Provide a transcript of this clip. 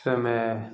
समय